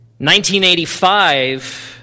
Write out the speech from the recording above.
1985